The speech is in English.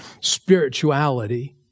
spirituality